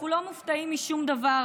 אנחנו לא מופתעים משום דבר,